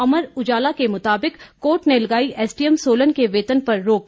अमर उजाला के मुताबिक कोर्ट ने लगाई एसडीएम सोलन के वेतन पर रोक